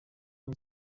این